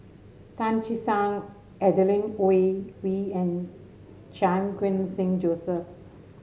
Tan Che Sang Adeline Ooi and Chan Khun Sing Joseph